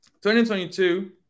2022